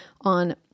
on